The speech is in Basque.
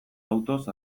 autoz